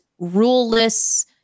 ruleless